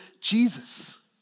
Jesus